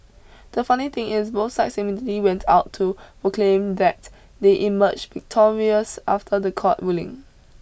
the funny thing is both sides immediately went out to proclaim that they emerged victorious after the court ruling